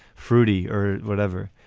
fruity or whatever.